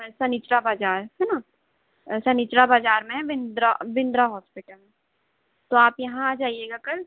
ऐसा निचला बाज़ार है न ऐसा निचला बाज़ार में है बिन्द्रा बिन्द्रा हॉस्पिटल तो आप यहाँ आ जाइएगा कल